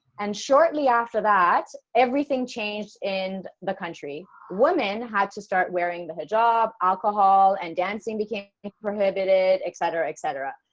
and shortly after that everything changed in the country. women had to start wearing the hijab. alcohol and dancing became prohibited etc etc,